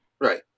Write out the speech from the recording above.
Right